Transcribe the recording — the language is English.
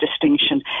distinction